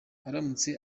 aramutse